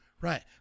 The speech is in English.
Right